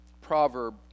proverb